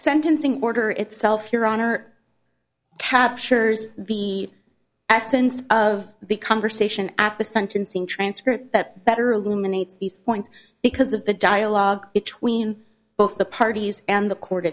sentencing order itself your honor captures the essence of the conversation at the sentencing transcript that better luminance these points because of the dialogue between both the parties and the court